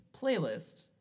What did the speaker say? playlist